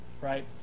right